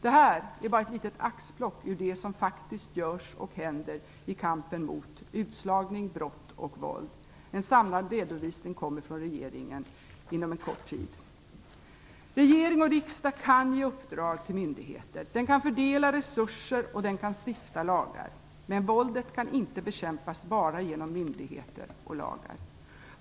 Det här är bara ett litet axplock ur det som faktiskt görs och händer i kampen mot utslagning, brott och våld. En samlad redovisning kommer från regeringen inom kort. Regering och riksdag kan ge uppdrag till myndigheter, fördela resurser och stifta lagar. Men våldet kan inte bekämpas bara genom myndigheter och lagar.